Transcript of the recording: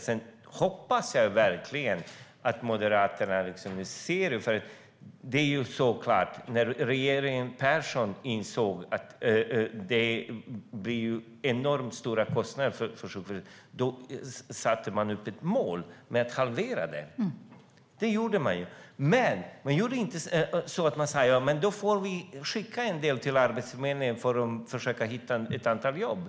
Sedan hoppas jag verkligen att Moderaterna inser hur utvecklingen har varit. När regeringen Persson insåg att kostnaderna för sjukförsäkringen var enormt stora satte man upp ett mål om att halvera dem. Men man sa inte att man skulle skicka ett antal personer till Arbetsförmedlingen för att de skulle försöka att hitta ett jobb.